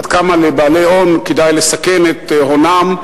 עד כמה לבעלי הון כדאי לסכן את הונם.